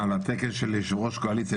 על התקן של יושב-ראש קואליציה,